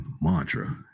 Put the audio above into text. mantra